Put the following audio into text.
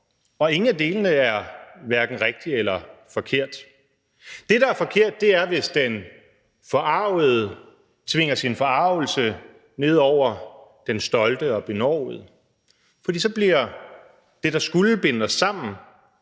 og ingen af delene er hverken rigtig eller forkert. Det, der er forkert, er, hvis den forargede tvinger sin forargelse ned over den stolte og benovede, for så bliver det, der skulle binde os sammen